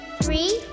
three